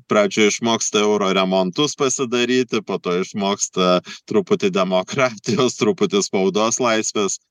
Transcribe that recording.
pradžioj išmoksta euro remontus pasidaryti po to išmoksta truputį demokratijos truputį spaudos laisvės